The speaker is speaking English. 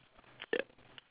ya